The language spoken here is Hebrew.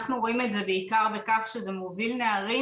אנחנו רואים את זה בעיקר בכך שזה מוביל נערים